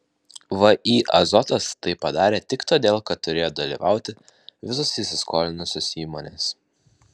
vį azotas tai padarė tik todėl kad turėjo dalyvauti visos įsiskolinusios įmonės